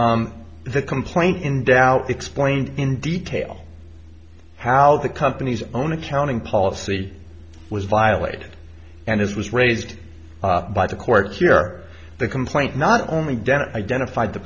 the complaint in doubt explained in detail how the company's own accounting policy was violated and as was raised by the court here the complaint not only dennet identified the